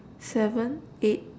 seven eight